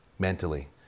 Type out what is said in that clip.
mentally